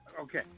okay